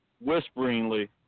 whisperingly